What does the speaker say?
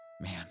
man